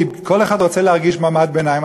כי כל אחד רוצה להרגיש מעמד הביניים.